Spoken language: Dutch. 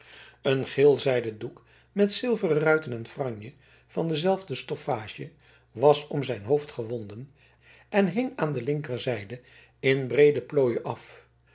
een geelzijden doek met zilveren ruiten en franje van dezelfde stoffage was om zijn hoofd gewonden en hing aan de linkerzijde in breede plooien af